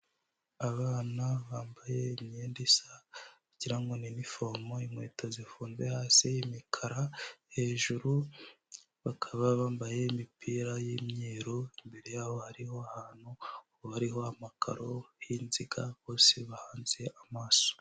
Abana bambaye imyenda isa, wagira ngo ni inifomo, inkweto zifunze hasi imikara, hejuru bakaba bambaye imipira y'imyeru, imbere yabo hariho ahantu hariho amakaro y'inziga, bose bahanze amaso.